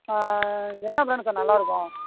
என்ன brand sir நல்லாயிருக்கும்